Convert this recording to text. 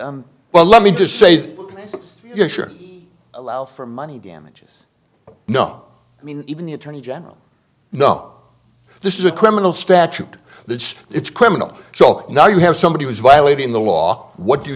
t well let me just say you should allow for money damages no i mean even the attorney general no this is a criminal statute that says it's criminal so now you have somebody was violating the law what do you